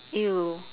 !eww!